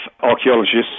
archaeologists